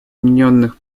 объединенных